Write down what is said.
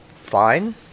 fine